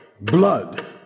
Blood